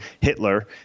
Hitler